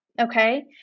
Okay